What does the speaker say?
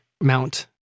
mount